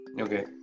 okay